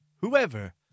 whoever